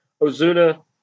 Ozuna